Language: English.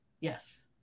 Yes